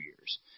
years